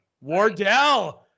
Wardell